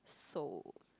so